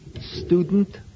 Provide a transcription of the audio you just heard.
student